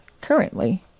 currently